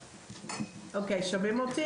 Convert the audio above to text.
שאיפות?